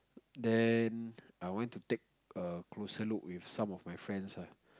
then I went to take a closer look with some of my friends ah